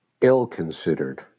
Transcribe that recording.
ill-considered